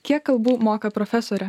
kiek kalbų moka profesorė